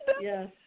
Yes